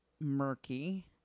murky